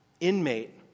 inmate